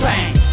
Bang